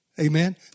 Amen